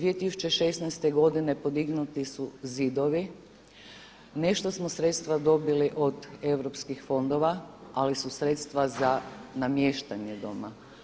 2016. godine podignuti su zidovi, nešto smo sredstva dobili od europskih fondova, ali su sredstva za namještanje doma.